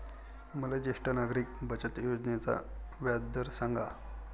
मले ज्येष्ठ नागरिक बचत योजनेचा व्याजदर सांगा